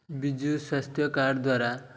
ବିଜୁ ସ୍ୱାସ୍ଥ୍ୟ କାର୍ଡ଼ ଦ୍ୱାରା